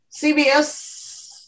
CBS